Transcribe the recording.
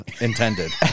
intended